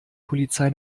polizei